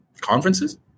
conferences